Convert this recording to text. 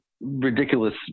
ridiculous